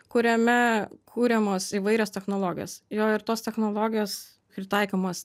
kuriame kuriamos įvairios technologijos jo ir tos technologijos pritaikomos